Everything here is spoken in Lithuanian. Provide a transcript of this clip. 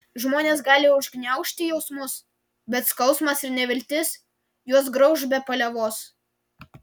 žmonės gali užgniaužti jausmus bet skausmas ir neviltis juos grauš be paliovos